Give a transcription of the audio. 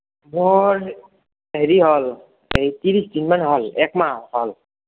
মোৰ হেৰি হ'ল এই ত্ৰিশ দিনমান হ'ল একমাহ হ'ল